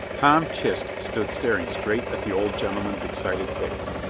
tom chist stood staring straight at the old gentleman's excited face,